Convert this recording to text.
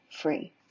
free